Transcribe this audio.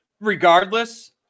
Regardless